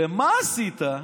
ומה עשית?